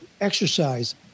exercise